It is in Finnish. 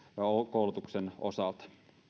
koulutuksen osalta